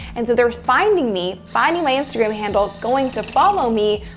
and so they're finding me, finding my instagram handle, going to follow me,